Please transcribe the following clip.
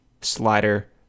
slider